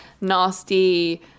nasty